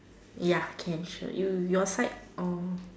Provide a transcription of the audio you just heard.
ya can sure your side or